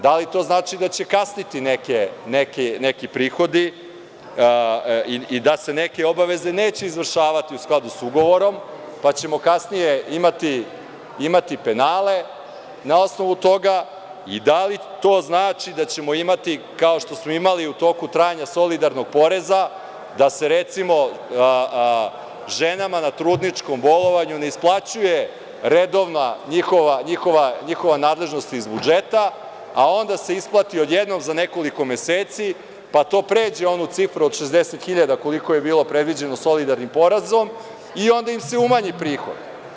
Da li to znači da će kasniti neki prihodi i da se neke obaveze neće izvršavati u skladu sa ugovorom, pa ćemo kasnije imati penale na osnovu toga i da li to znači da ćemo imati, kao što smo imali u toku trajanja solidarnog poreza da se recimo ženama na trudničkom bolovanju ne isplaćuje redovna njihova nadležnost iz budžeta, a onda se isplati odjednom za nekoliko meseci, pa to pređe onu cifru od 60.000, koliko je bilo predviđeno solidarnim porezom i onda im se umanji prihod.